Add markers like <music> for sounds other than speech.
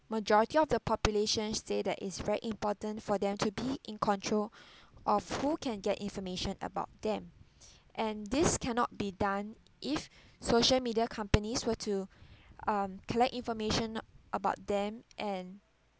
majority of the population say that it's very important for them to be in control <breath> of who can get information about them <breath> and this cannot be done if social media companies were to um collect information about them and